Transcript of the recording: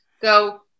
go